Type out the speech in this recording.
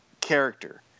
character